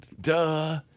Duh